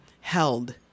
held